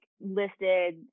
listed